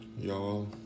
Y'all